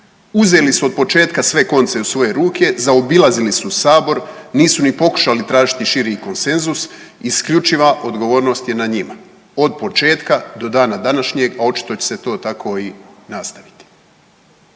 Uzeli su od početka sve konce u svoje ruke, zaobilazili su sabor, nisu ni pokušali tražiti širi konsenzus i isključiva odgovornost je na njima od početka do dana današnjeg, a očito će se to tako i nastaviti.